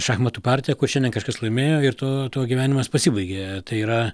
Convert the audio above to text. šachmatų partija kur šiandien kažkas laimėjo ir tu tuo gyvenimas pasibaigė tai yra